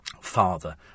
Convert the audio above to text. father